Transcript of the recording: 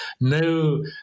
no